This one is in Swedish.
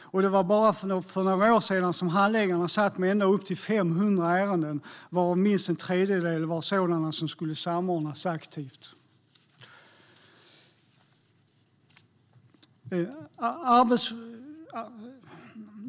Det var bara för några år sedan som handläggarna satt med ända upp till 500 ärenden, varav minst en tredjedel var sådana som skulle samordnas aktivt.